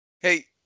Hey